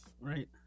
right